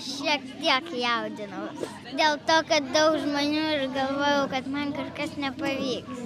šiek tiek jaudinausi dėl to kad daug žmonių ir galvojau kad man kažkas nepavyks